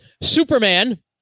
Superman